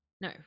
No